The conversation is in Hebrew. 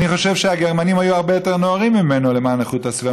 אני חושב שהגרמנים היו הרבה יותר נאורים ממנו למען איכות הסביבה.